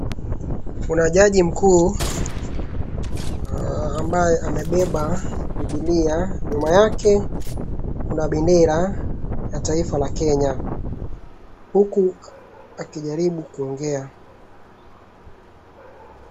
Kuna jaji mkuu ambaye amebeba Bibilia. Nyuma yake kuna bendera la taifa la Kenya huku akijaribu kuongea.